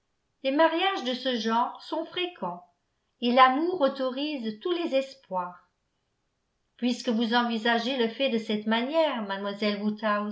les mariages de ce genre sont fréquents et l'amour autorise tous les espoirs puisque vous envisagez le fait de cette manière mademoiselle